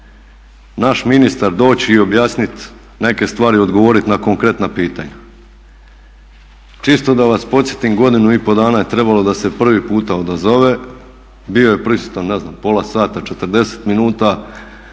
naš ministar doći i objasniti neke stvari i odgovoriti na konkretna pitanja. Čisto da vas podsjetim godinu i pol dana je trebalo da se prvi puta odazove, bio je prisutan ne znam pola sata, 40 minuta,